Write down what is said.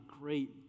great